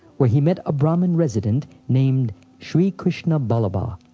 where he met a brahmin resident named shri krishna ballabha.